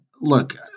look